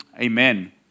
amen